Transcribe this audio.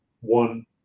one